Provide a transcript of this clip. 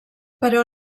però